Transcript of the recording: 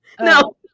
No